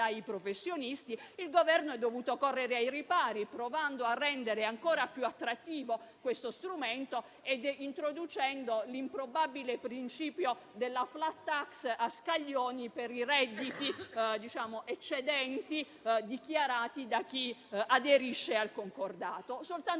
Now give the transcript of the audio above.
dai professionisti, il Governo è dovuto correre ai ripari, provando a rendere ancora più attrattivo questo strumento e introducendo l'improbabile principio della *flat tax* a scaglioni per i redditi eccedenti dichiarati da chi aderisce al concordato. Soltanto